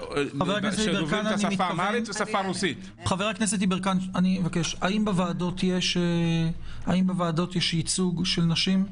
האם בוועדות יש ייצוג של נשים?